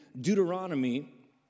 Deuteronomy